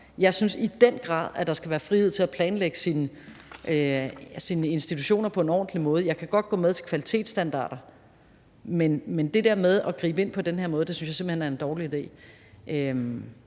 synes jeg i den grad, at der skal være frihed til at planlægge arbejdet i institutionerne på en ordentlig måde. Jeg kan godt gå med til kvalitetsstandarder, men det der med at gribe ind på den her måde synes jeg simpelt hen er en dårlig idé.